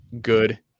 good